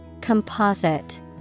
Composite